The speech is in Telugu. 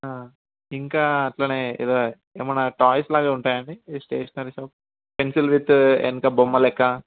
ఇంకా అట్లనే ఏదో ఏమైనా టాయ్స్ లాగా ఉంటాయా అండి స్టేషనరీ పెన్సిల్ విత్ వెనక బొమ్మ లెక్క